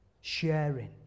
sharing